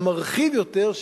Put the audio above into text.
המרחיב יותר,